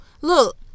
Look